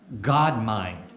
God-mind